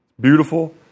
Beautiful